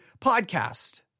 podcast